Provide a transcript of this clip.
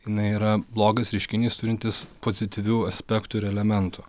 jinai yra blogas reiškinys turintis pozityvių aspektų ir elementų